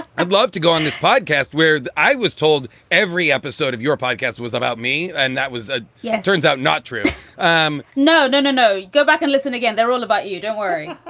i'd love to go on this podcast where i was told every episode of your podcast was about me. and that was a. yeah. turns out not true um no, no, no, no. go back and listen again. they're all about you. don't worry.